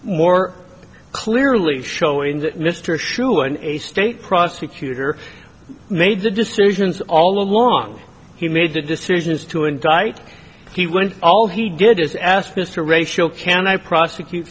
more clearly showing that mr shrew in a state prosecutor made the decisions all along he made the decisions to indict he went all he did is ask mr ratio can i prosecute